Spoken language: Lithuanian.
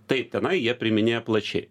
taip tenai jie priiminėja plačiai